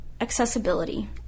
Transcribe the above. accessibility